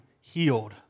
healed